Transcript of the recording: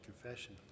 Confession